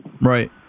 Right